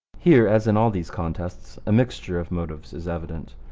here, as in all these contests, a mixture of motives is evident.